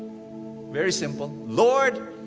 very simple. lord,